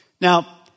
Now